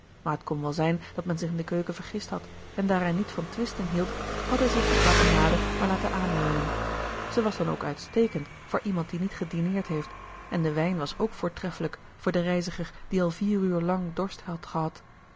maar het kon wel zijn dat men zich in den keuken vergist had en daar hij niet van twisten hield had hij zich de karbonade maar laten aanleunen zij was dan ook uitstekend voor iemand gerard keller het testament van mevrouw de tonnette die niet gedineerd heeft en de wijn was ook voortreffelijk voor den reiziger die al vier uur lang dorst had gehad